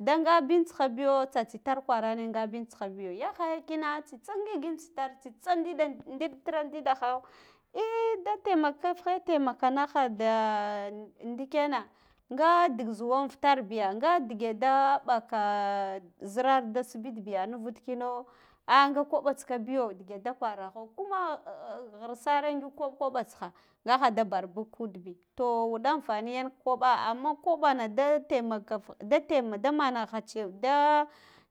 Da ngabin tsiha biyo tsatsitar kwarane ngabin tsiha biyo yahaya kina tsitsa ngigin tsitar tsitsa ndida nɗiɗtara diɗaho ehh data mma kafhe temaka naha da ndikena ngha dik zuwan futar biya nga digeda ɓaka ka zirar biya da sihid biga navod kino ahh, nga koɓa tsika bigo dige da kwaraho kumma ah ghirsare ngig koɓ koɓa tsiha ngha a da barbag ku udbi to uɗa anfani yan ko ɓa amma kaɓana da tamakaf da faima, da mamaha cef da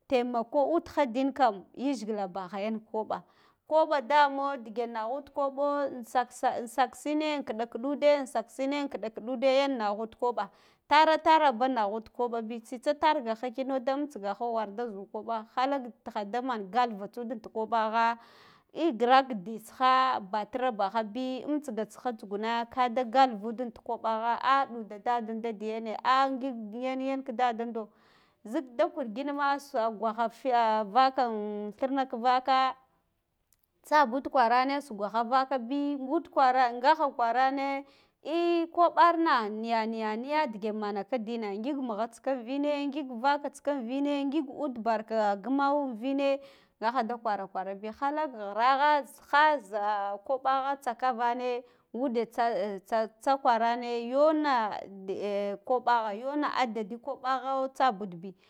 tamako udha din kam yizgila baha yan koɓa, koɓa damo de naghud koɓa in sak sak saksme an kiɗa kidude saksine inkiɗakiɗude yan naghud farataraba naghud ka koɓa bi tsitsa targaha kino dammtsigaho warda zu kajan halak tina da man ghava tsud. kaɓagha ehh grak di tsiha batira baha bi nintsiga tsiha tsugana kada gapavet ti koɓaha ahh ɗuda daddinda diyene ahh ngig yen yen ka daddindo zik da kurgin ma sa gwaha fi vakan thima vaka tsa bud kwara ne sugaha vakabi ngud kwara ngaha kwara ina ee koɓarna niya niya dige makaka dine ngig mugha tsika vine ngig vaka tsitsa vine ngig ad baka gumawe vine ngaha da kwara kwara biya halak ghiraha zzi ha za koɓaha tsakavane ngude tsa, tsa kwa rane yona de koɓagha yona adadi koɓa ghotsabudbi